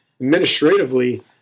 Administratively